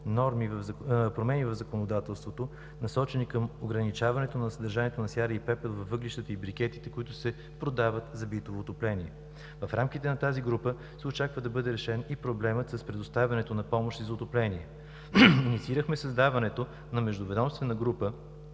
промени в законодателството, насочени към ограничаването на съдържанието на сяра и пепел във въглищата и брикетите, които се продават за битово отопление. В рамките на тази група се очаква да бъде решен и проблемът с предоставянето на помощи за отопление. Инициирахме създаването на междуведомствена група